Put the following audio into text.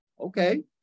Okay